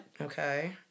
Okay